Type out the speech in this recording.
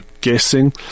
guessing